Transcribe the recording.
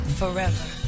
forever